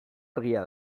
argia